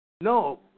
No